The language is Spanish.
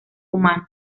humano